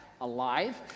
alive